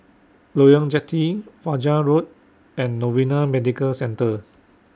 Loyang Jetty Fajar Road and Novena Medical Centre